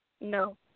No